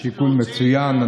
שיקול מצוין.